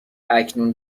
اکنون